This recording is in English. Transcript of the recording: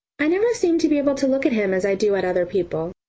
i never seem to be able to look at him as i do at other people.